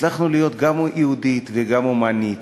הצלחנו להיות גם יהודית וגם הומנית,